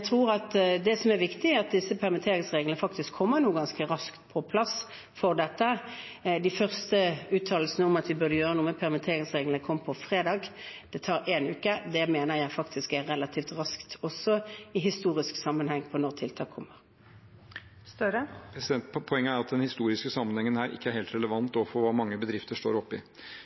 tror at det som er viktig, er at permitteringsreglene for dette nå kommer ganske raskt på plass. De første uttalelsene om at vi burde gjøre noe med permitteringsreglene, kom på fredag. Det tar én uke, og det mener jeg faktisk er relativt raskt, også i historisk sammenheng, når det gjelder når tiltak kommer. Jonas Gahr Støre – til oppfølgingsspørsmål. Poenget er at den historiske sammenhengen her ikke er helt relevant for hva mange bedrifter står oppe i.